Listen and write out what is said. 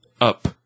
up